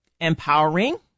empowering